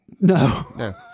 No